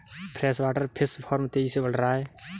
freshwater fish farm तेजी से बढ़ रहा है